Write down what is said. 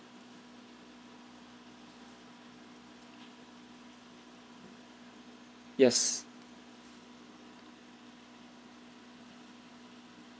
yes